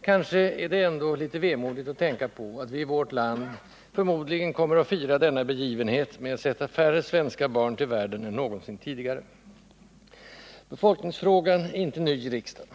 Kanske är det ändå litet vemodigt att tänka på att vi i vårt land förmodligen kommer att fira denna begivenhet med att sätta färre svenska barn till världen än någonsin tidigare. Befolkningsfrågan är icke ny i riksdagen.